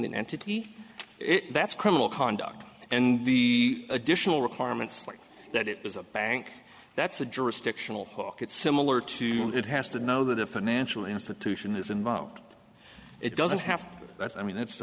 the entity that's criminal conduct and the additional requirements like that it is a bank that's a jurisdictional hook it's similar to it has to know that a financial institution is involved it doesn't have that i mean